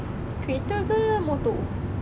kereta ke motor